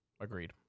Agreed